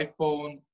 iPhone